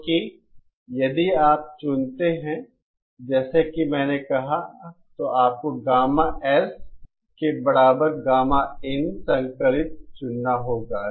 क्योंकि यदि आप चुनते हैं जैसा कि मैंने कहा तो आपको गामा S के बराबर गामा इन संकलित चुनना होगा